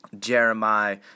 Jeremiah